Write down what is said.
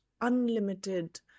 unlimited